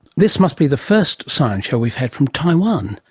this must be the first science show we've had from taiwan,